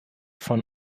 von